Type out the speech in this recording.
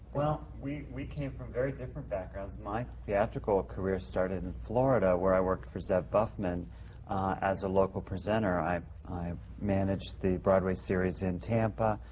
well, we we came from very different backgrounds. my theatrical career started in florida, where i worked for zev bufman as a local presenter. i i managed the broadway series in tampa.